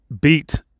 beat